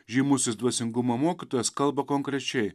žymusis dvasingumo mokytojas kalba konkrečiai